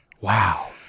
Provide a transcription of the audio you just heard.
Wow